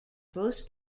both